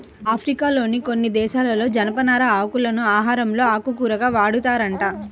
ఆఫ్రికాలోని కొన్ని దేశాలలో జనపనార ఆకులను ఆహారంలో ఆకుకూరగా వాడతారంట